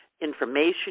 information